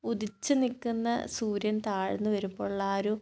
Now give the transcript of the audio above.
ഉദിച്ചു നിൽക്കുന്ന സൂര്യൻ താഴ്ന്നു വരുമ്പോൾ ഉള്ള ആ ഒരു